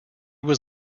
was